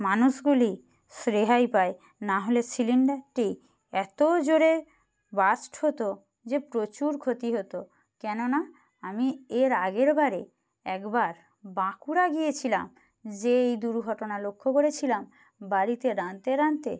মানুষগুলি রে হাই পায় নাহলে সিলিন্ডারটি এতো জোরে বার্স্ট হতো যে প্রচুর ক্ষতি হতো কেননা আমি এর আগের বারে একবার বাঁকুড়া গিয়েছিলাম যেয়ে এই দুর্ঘটনা লক্ষ্য করেছিলাম বাড়িতে রাধটা রাঁধতে